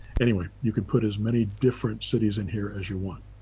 anyway, you can put as many different cities in here as you want.